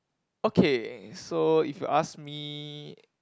okay so if you ask me